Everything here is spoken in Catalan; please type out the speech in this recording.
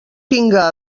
tinga